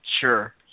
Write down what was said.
Sure